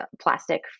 plastic